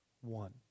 one